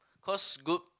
cause good